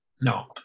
No